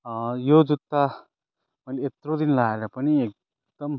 यो जुत्ता मैले यत्रो दिन लाएर पनि एकदम